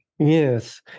Yes